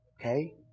Okay